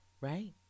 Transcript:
right